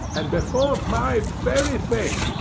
and before my very face,